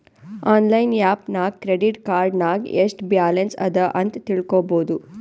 online app ನಾಗ್ credit card ನಾಗ್ ಎಸ್ಟ್ ಬ್ಯಾಲನ್ಸ್ ಅದಾ ಅಂತ್ ತಿಳ್ಕೊಬೋದು